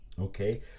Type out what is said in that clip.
Okay